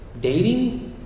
Dating